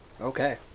okay